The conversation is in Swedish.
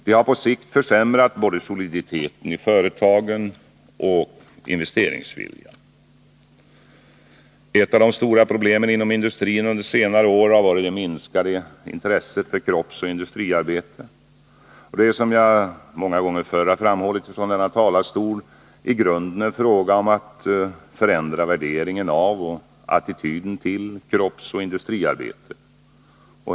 Det har på sikt försämrat både soliditeten i företagen och investeringsviljan. Ett av de verkligt stora problemen inom industrin under senare år har varit det minskade intresset för kroppsoch industriarbete. Det är, som jag så många gånger förr framhållit från denna talarstol, i grunden en fråga om att förändra värderingen av och attityden till kroppsoch industriarbete.